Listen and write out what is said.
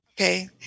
Okay